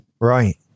right